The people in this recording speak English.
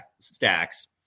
Stacks